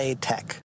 Tech